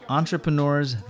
entrepreneurs